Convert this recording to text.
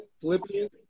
Philippians